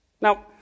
Now